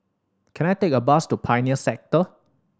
can I take a bus to Pioneer Sector